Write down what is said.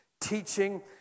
teaching